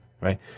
right